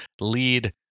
lead